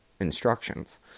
instructions